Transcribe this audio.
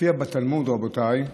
מופיע בתלמוד, רבותיי,